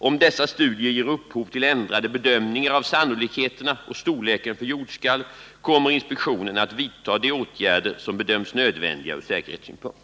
Om dessa studier ger upphov till ändrade bedömningar av sannolikheten och storleken av jordskalv kommer inspektionen att vidta de åtgärder som bedöms nödvändiga ur säkerhetssynpunkt.